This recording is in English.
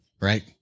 right